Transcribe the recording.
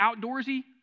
outdoorsy